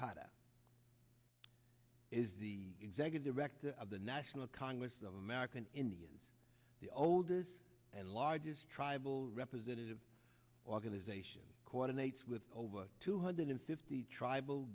pata is the executive director of the national congress of american indians the oldest and largest tribal representative organization coordinates with over two hundred fifty tribal